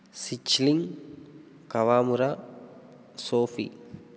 Sichling Kawamura Sophie